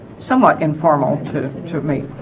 somewhat informal to to me